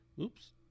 oops